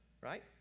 right